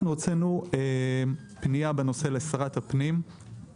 בנובמבר 2021 הוצאנו פנייה בנושא לשרת הפנים.